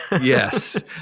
yes